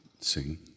sing